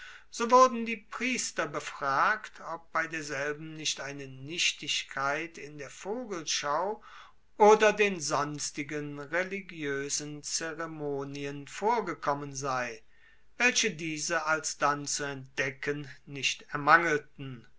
so wurden die priester befragt ob bei derselben nicht eine nichtigkeit in der voegelschau oder den sonstigen religioesen zeremonien vorgekommen sei welche diese alsdann zu entdecken nicht ermangelten